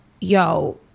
yo